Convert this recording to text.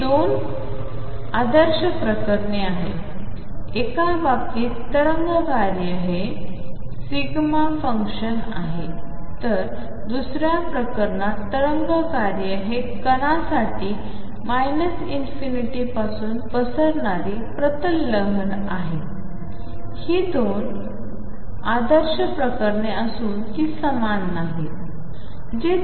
ही दोन आदर्श प्रकरणे आहेत एका बाबतीत तरंग कार्य हे δ फंक्शन आहे तर दुस या प्रकरणात तरंग कार्य हे कण साठी ∞ पासून पसरणारी प्रतल लहर आहे ही दोन आदर्श प्रकरणे असून ती समान नाहीत